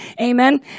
Amen